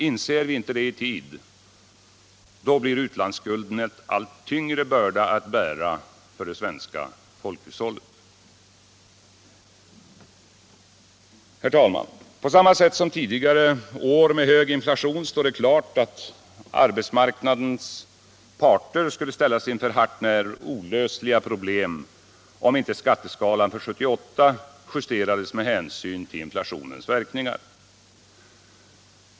Inser vi inte det i tid, blir utlandsskulden en allt tyngre börda att bära för det svenska folkhushållet. Herr talman! På samma sätt som tidigare år med hög inflation står det klart att arbetsmarknadens parter skulle ställas inför hart när olösliga problem, om inte skatteskalan för 1978 justerades med hänsyn till inflationens verkningar.